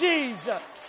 Jesus